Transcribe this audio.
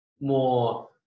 more